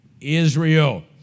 Israel